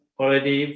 already